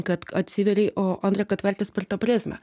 kad atsivėrei o antra kad vertis per tą prizmę